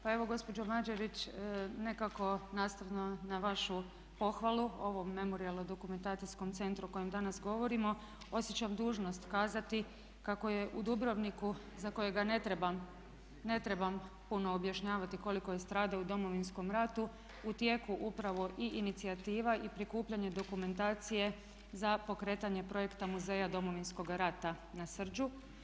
Pa evo gospođo Mađerić nekako nastavno na vašu pohvalu ovom Memorijalno-dokumentacijskom centru o kojem danas govorimo osjećam dužnost kazati kako je u Dubrovniku za kojega ne trebam puno objašnjavati koliko je stradao u Domovinskom ratu u tijeku upravo i inicijativa i prikupljanje dokumentacije za pokretanje projekta Muzeja Domovinskog rata na Srđu.